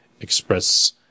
express